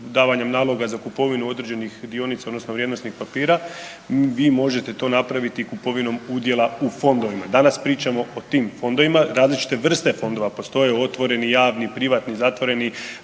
davanjem naloga za kupovinu određenih dionica odnosno vrijednosnih papira vi možete to napraviti kupovinom udjela u fondovima. Danas pričamo o tim fondovima, različite vrste fondova postoje, otvoreni, javni, privatni, zatvoreni,